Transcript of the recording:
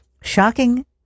Shocking